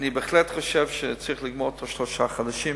אני בהחלט חושב שצריך לגמור בתוך שלושה חודשים.